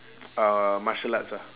uh martial arts ah